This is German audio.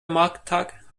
markttag